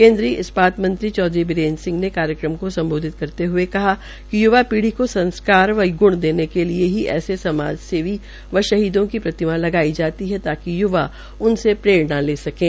केन्द्रीय इस्पात मंत्री चौधरी बीरेन्द्र सिंह ने कार्यक्रम को सम्बोधित करते हुए य्वा पीढ़ी को संस्कार व ग्ण देने के लिए ऐसे समाजसेवी व शहीदों की प्रतिमा लगायी जाती है ताकि युवा उससे प्ररेणा ले सकें